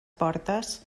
portes